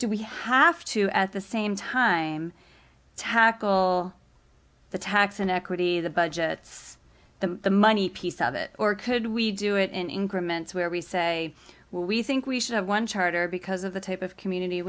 do we have to at the same time tackle the tax inequity the budgets the money piece of it or could we do it in increments where we say well we think we should have one charter because of the type of community